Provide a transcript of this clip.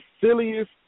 silliest